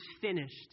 finished